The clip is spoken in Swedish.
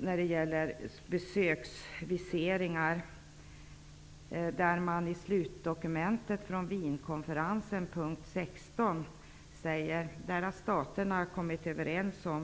När det gäller besöksviseringar har staterna i slutdokumentet från Wienkonferensen kommit överens om följande i punkt 16: